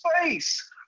Space